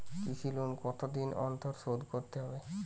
কৃষি লোন কতদিন অন্তর শোধ করতে হবে?